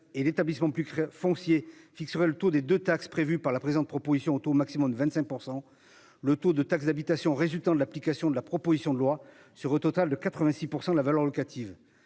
et l'établissement plus foncier fixerait le taux des de taxes prévues par la présente proposition taux maximum de 25% le taux de taxe d'habitation résultant de l'application de la proposition de loi, sur un total de 86% de la valeur locative